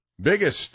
biggest